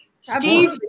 Steve